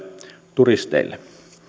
turisteille